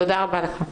תודה רבה לך.